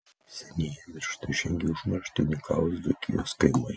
senėja miršta žengia į užmarštį unikalūs dzūkijos kaimai